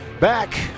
Back